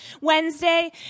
Wednesday